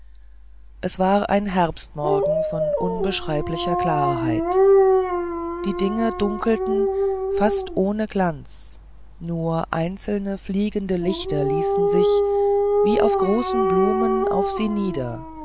es war ein herbstmorgen von unbeschreiblicher klarheit die dinge dunkelten fast ohne glanz nur einzelne fliegende lichter ließen sich wie auf große blumen auf sie nieder